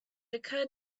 occurred